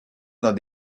dans